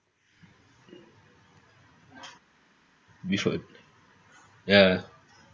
before ya